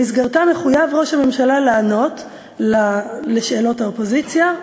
שבמסגרתה מחויב ראש הממשלה לענות על שאלות האופוזיציה,